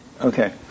Okay